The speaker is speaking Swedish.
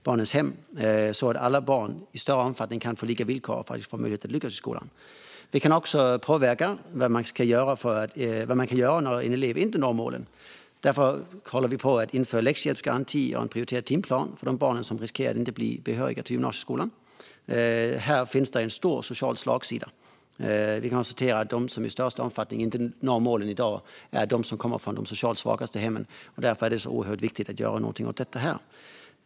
På så sätt får alla barn i större omfattning lika villkor och kan lyckas i skolan. Vi kan också påverka vad som kan göras när en elev inte når målen. Därför håller vi på att införa läxhjälpsgarantier och en prioriterad timplan för de barn som riskerar att inte bli behöriga till gymnasieskolan. Här finns en stor social slagsida. Vi kan konstatera att de som inte når målen i dag till största delen kommer från de socialt svagaste hemmen. Därför är det så oerhört viktigt att göra något.